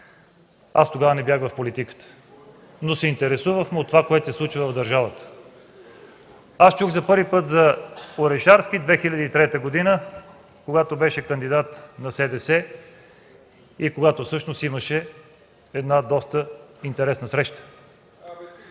че тогава не бях в политиката, но се интересувахме от това, което се случва в държавата. Аз чух за първи път за Орешарски в 2003 г., когато беше кандидат на СДС и когато всъщност имаше една доста интересна среща.